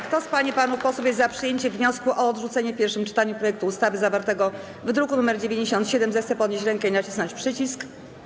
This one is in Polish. Kto z pań i panów posłów jest za przyjęciem wniosku o odrzucenie w pierwszym czytaniu projektu ustawy zawartego w druku nr 97, zechce podnieść rękę i nacisnąć przycisk.